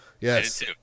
yes